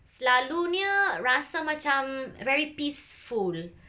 selalunya rasa macam very peaceful